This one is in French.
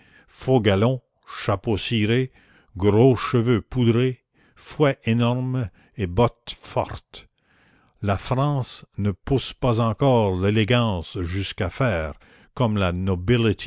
faux galons chapeau ciré gros cheveux poudrés fouet énorme et bottes fortes la france ne pousse pas encore l'élégance jusqu'à faire comme la